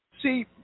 See